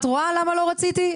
את רואה למה לא רציתי?